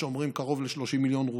יש אומרים קרוב ל-30 מיליון,